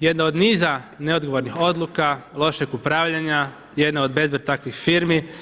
jedna od niza neodgovornih odluka, lošeg upravljanja, jedna od bezbroj takvih firmi.